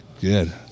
Good